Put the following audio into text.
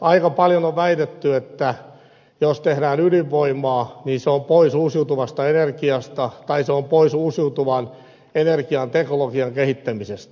aika paljon on väitetty että jos tehdään ydinvoimaa niin se on pois uusiutuvasta energiasta tai se on pois uusiutuvan energian teknologian kehittämisestä